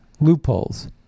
loopholes